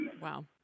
Wow